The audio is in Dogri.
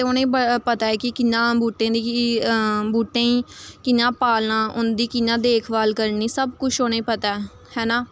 उ'नेंगी पता ऐ कि कि'यां बहूटें दी कि बहूटें गी कि'यां पालना उं'दी कि'यां देख भाल करनी सब्ब कुछ उ'नेंगी पता ऐ है ना